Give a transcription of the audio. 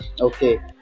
okay